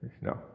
No